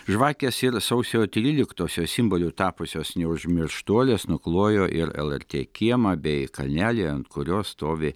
žvakės ir sausio tryliktosios simboliu tapusios neužmirštuolės nuklojo ir lrt kiemą bei kalnelį ant kurio stovi